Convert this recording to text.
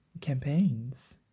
campaigns